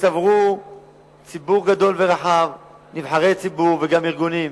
שצברו ציבור גדול ורחב, נבחרי ציבור וגם ארגונים.